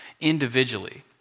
individually